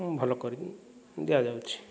ଭଲ କରି ଦିଆଯାଉଛି